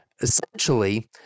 Essentially